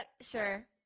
sure